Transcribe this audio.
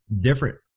different